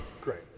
great